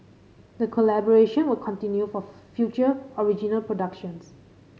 the collaboration will continue for future original productions